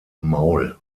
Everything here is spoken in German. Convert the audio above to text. maul